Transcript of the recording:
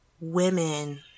women